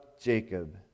Jacob